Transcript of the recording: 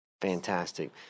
Fantastic